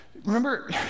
Remember